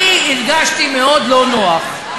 אני הרגשתי מאוד לא נוח,